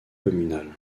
communale